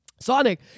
Sonic